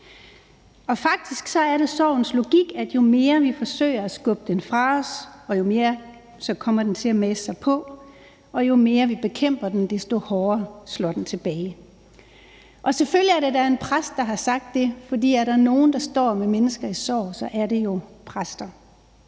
Faktisk er det sorgens logik, at jo mere vi forsøger at skubbe den fra os, jo mere kommer den til at mase sig på, og jo mere vi bekæmper den, desto hårdere slår den tilbage. Selvfølgelig er det en præst, der har sagt det, for er der nogen, der står med mennesker i sorg, så er det jo præster.